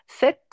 Sept